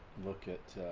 look at